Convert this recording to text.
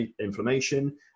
inflammation